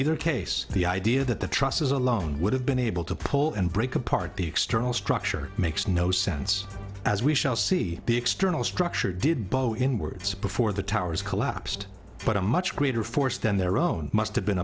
either case the idea that the trusses alone would have been able to pull and break apart the external structure makes no sense as we shall see the external structure did bow in words before the towers collapsed but a much greater force than their own must have been